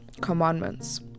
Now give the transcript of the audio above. commandments